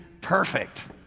perfect